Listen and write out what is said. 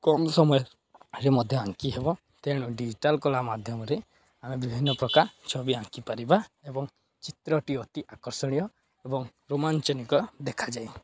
କମ୍ ସମୟରେ ମଧ୍ୟ ଆଙ୍କି ହେବ ତେଣୁ ଡିଜିଟାଲ କଳା ମାଧ୍ୟମରେ ଆମେ ବିଭିନ୍ନ ପ୍ରକାର ଛବି ଆଙ୍କିପାରିବା ଏବଂ ଚିତ୍ରଟି ଅତି ଆକର୍ଷଣୀୟ ଏବଂ ରୋମାଞ୍ଚନିକ ଦେଖାଯାଏ